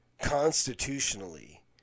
constitutionally